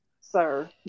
sir